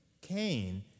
Cain